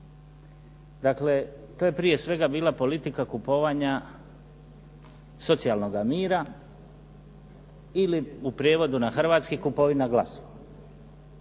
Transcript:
Dakle, to je prije svega bila politika kupovanja socijalnoga mira ili u prijevodu na hrvatski kupovina glasova.